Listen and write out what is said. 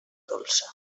dolça